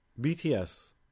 bts